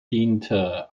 diente